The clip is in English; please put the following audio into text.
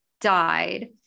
died